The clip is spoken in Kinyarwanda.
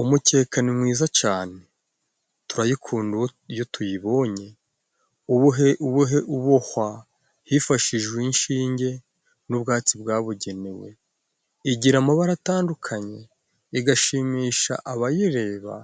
Umukekano mwiza cane turayikunda, iyo tuyibonye ubuhe ubuhe ubohwa hifashishijwe inshinge n'ubwatsi bwabugenewe, igira amabara atandukanye igashimisha abayireba